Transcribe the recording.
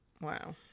Wow